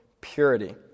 purity